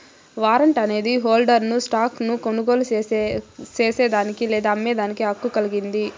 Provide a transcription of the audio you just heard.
warrant అనేది హోల్డర్ను stock ను కొనుగోలు చేసేదానికి లేదా అమ్మేదానికి హక్కు కలిగింది